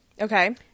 Okay